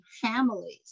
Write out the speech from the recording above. families